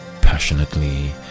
passionately